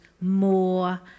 more